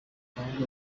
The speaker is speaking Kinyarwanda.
ahubwo